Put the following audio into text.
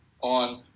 on